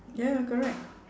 ya correct